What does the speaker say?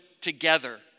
together